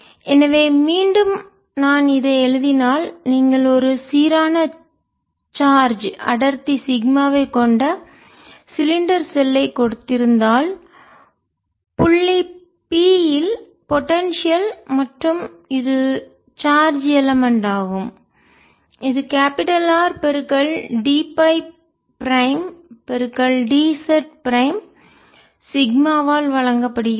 எனவே மீண்டும் நான் இதனை எழுதினால் நீங்கள் ஒரு சீரான சார்ஜ் அடர்த்தி சிக்மாவைக் கொண்ட சிலிண்டர் ஷெல்லைக் கொடுத்திருந்தால் புள்ளி p இல் பொடென்சியல் மற்றும் இது சார்ஜ் எலமென்ட் ஆகும் இது R d Ф prime d z prime சிக்மாவால் வழங்கப்படுகிறது